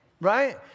right